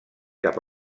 cap